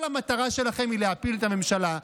כל המטרה שלכם היא להפיל את הממשלה,